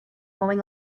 mowing